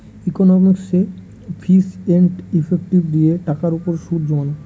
ইকনমিকসে ফিচ and effective দিয়ে টাকার উপর সুদ জমানো